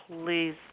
please